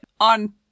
on